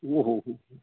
ಓಹೋಹೋಹೋ